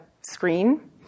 screen